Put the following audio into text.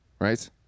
right